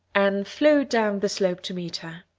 anne flew down the slope to meet her.